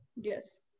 Yes